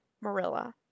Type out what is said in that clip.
Marilla